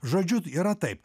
žodžiu yra taip